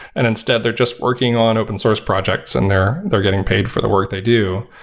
and instead they're just working on open source projects and they're they're getting paid for the work they do.